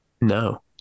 No